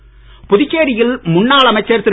அன்பழகன் புதுச்சேரியில் முன்னாள் அமைச்சர் திரு